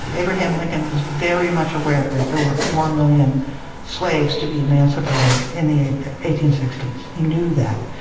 abraham lincoln was very much aware that there were four million slaves to be emancipated in the eighteen sixty s, he knew that.